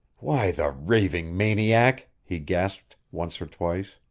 why, the raving maniac! he gasped, once or twice.